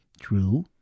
true